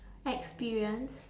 experienced